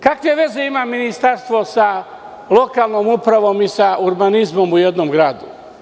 Kakve veze ima Ministarstvo sa lokalnom upravom i urbanizmom u jednom gradu.